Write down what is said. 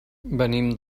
venim